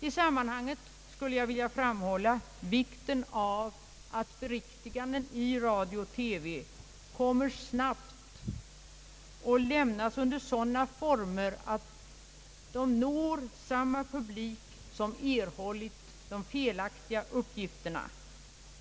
I sammanhanget skulle jag vilja framhålla vikten av att beriktiganden i radio och TV kommer snabbt och lämnas under sådana former att de når samma publik som erhållit de felaktiga uppgifterna.